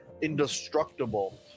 indestructible